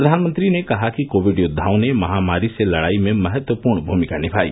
प्रधानमंत्री ने कहा कि कोविड योद्वाओं ने महामारी से लड़ाई में महत्वपूर्ण भूमिका निभाई